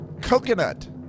coconut